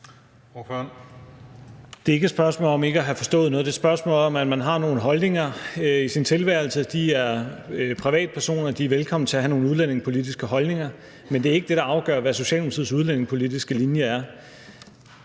Det er ikke et spørgsmål om ikke at have forstået noget. Det er et spørgsmål om, at man har nogle holdninger i sin tilværelse. De er privatpersoner, og de er velkomne til at have nogle udlændingepolitiske holdninger. Men det er ikke det, der afgør, hvad Socialdemokratiets udlændingepolitiske linje er.